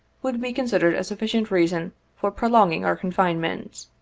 would be considered a sufficient reason for prolonging our confinement.